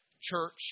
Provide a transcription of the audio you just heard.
church